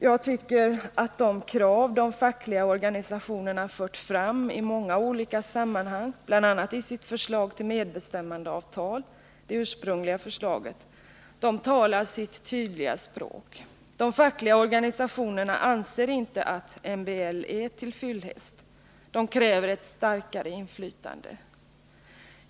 Jag tycker att de krav som de fackliga organisationerna fört fram i många olika sammanhang, bl.a. i sitt ursprungliga förslag till medbestämmandeavtal, talar sitt tydliga språk. De fackliga organisationerna anser att MBL inte är till fyllest, utan de kräver ett starkare inflytande.